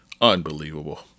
Unbelievable